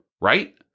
Right